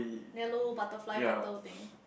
there low butterfly petal thing